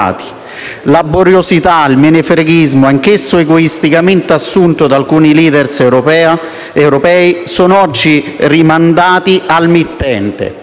La boriosità e il menefreghismo anch'esso egoisticamente assunto da alcuni *leader* europei sono oggi rimandati al mittente.